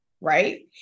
Right